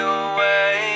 away